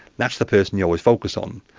that's the person you always focus on,